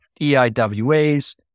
EIWA's